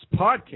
podcast